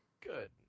good